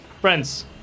friends